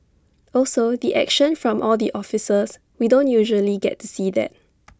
also the action from all the officers we don't usually get to see that